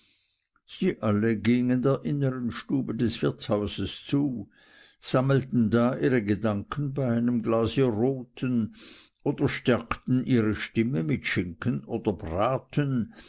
sie alle gingen der innern stube des wirtshauses zu sammelten da ihre gedanken bei einem glase roten oder stärkten ihre stimme mit schinken oder braten